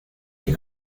que